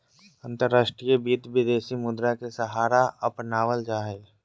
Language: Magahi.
अंतर्राष्ट्रीय वित्त, विदेशी मुद्रा के सहारा अपनावल जा हई